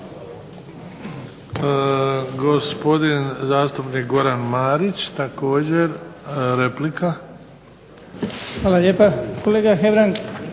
Hvala.